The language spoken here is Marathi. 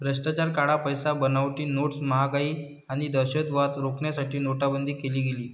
भ्रष्टाचार, काळा पैसा, बनावटी नोट्स, महागाई आणि दहशतवाद रोखण्यासाठी नोटाबंदी केली गेली